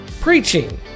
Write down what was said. preaching